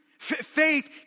Faith